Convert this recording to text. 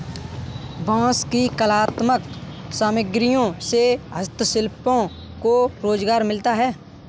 बाँस की कलात्मक सामग्रियों से हस्तशिल्पियों को रोजगार मिलता है